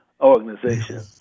organization